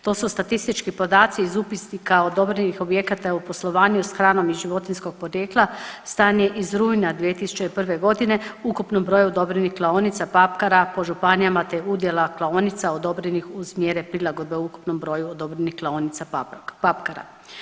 To su statistički podaci iz upisnika odobrenih objekata u poslovanju s hranom životinjskog porijekla stanje iz rujna 2001.g. o ukupnom broju odobrenih klaonica papkara po županijama te udjela klaonica odobrenih uz mjere prilagodbe ukupnom broju odobrenih klaonica papkara.